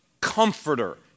comforter